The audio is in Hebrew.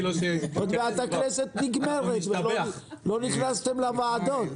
עוד מעט הכנסת נגמרת ולא נכנסתם לוועדות.